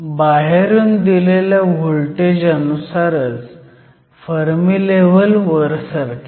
बाहेरून दिलेल्या व्होल्टेज अनुसारच फर्मी लेव्हल वर सरकेल